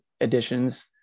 additions